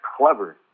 clever